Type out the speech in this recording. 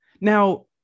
Now